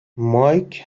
مایک